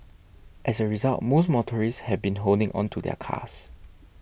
as a result most motorists have been holding on to their cars